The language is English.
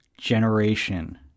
generation